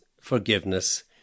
forgiveness